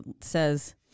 says